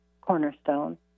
cornerstone